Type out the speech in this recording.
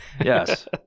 Yes